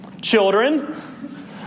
children